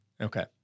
Okay